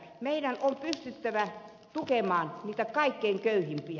meidän on pystyttävä tukemaan niitä kaikkein köyhimpiä